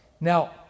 Now